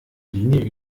linie